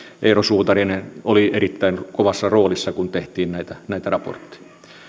eero suutari olivat erittäin kovassa roolissa kun tehtiin näitä näitä raportteja